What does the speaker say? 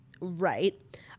Right